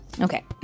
okay